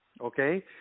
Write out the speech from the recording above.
Okay